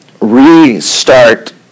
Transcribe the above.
restart